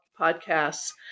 podcasts